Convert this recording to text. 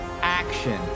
action